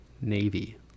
Navy